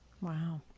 Wow